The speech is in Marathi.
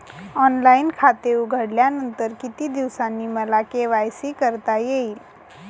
ऑनलाईन खाते उघडल्यानंतर किती दिवसांनी मला के.वाय.सी करता येईल?